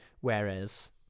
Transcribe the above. whereas